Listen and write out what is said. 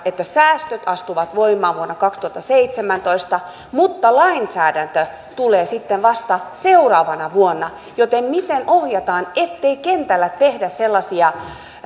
että säästöt astuvat voimaan vuonna kaksituhattaseitsemäntoista mutta lainsäädäntö tulee sitten vasta seuraavana vuonna miten ohjataan ettei kentällä tehdä sellaisia